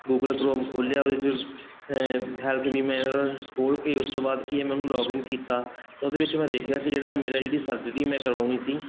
Google Chrome ਖੋਲ੍ਹਿਆ ਉਹਦੇ 'ਚ ਹੈਲਥ ਬੀਮਾ ਖੋਲ੍ਹ ਕੇ ਉਸ ਤੋਂ ਬਾਅਦ ਕੀ ਹੈ ਮੈਂ ਉਹਨੂੰ ਲੋਗਇਨ ਕੀਤਾ ਤਾਂ ਉਹਦੇ ਵਿੱਚ ਮੈਂ ਦੇਖਿਆ ਕਿ ਜਿਹੜਾ ਮੇਰਾ ਜਿਹੜੀ ਸਰਜਰੀ ਮੈਂ ਕਰਵਾਉਣੀ ਸੀ